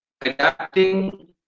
adapting